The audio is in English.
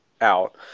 out